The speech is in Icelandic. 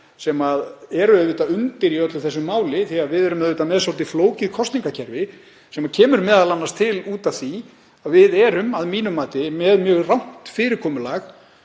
sem er undir í öllu þessu máli af því að við erum með svolítið flókið kosningakerfi sem kemur m.a. til út af því að við erum að mínu mati með mjög rangt fyrirkomulag